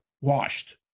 washed